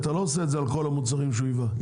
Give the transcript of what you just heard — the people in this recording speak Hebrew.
אתה לא עושה את זה על כל המוצרים שהוא ייבא?